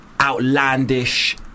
outlandish